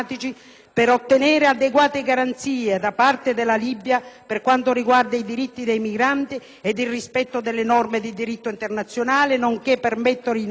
per ottenere adeguate garanzie da parte della Libia per quanto riguarda i diritti dei migranti e il rispetto delle norme di diritto internazionale, nonché per mettere in atto